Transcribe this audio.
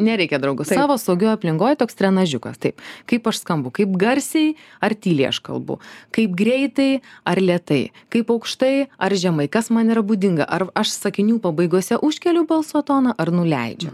nereikia draugo savo saugioj aplinkoj toks trenažiukas taip kaip aš skambu kaip garsiai ar tyliai aš kalbu kaip greitai ar lėtai kaip aukštai ar žemai kas man yra būdinga ar aš sakinių pabaigose užkeliu balso toną ar nuleidžiu